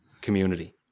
community